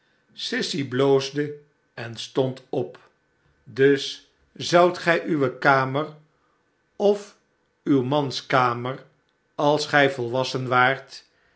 sissy bloosde en stond op dus zoudt gij uwe kamer of uw mans kamer als gij volwassen waart